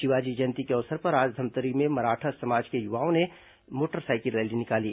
शिवाजी जयंती के अवसर पर आज धमतरी में मराठा समाज के युवकों ने मोटरसाइकिल रैली निकाली